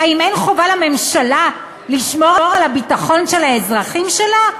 האם אין חובה לממשלה לשמור על הביטחון של האזרחים שלה,